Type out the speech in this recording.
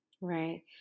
Right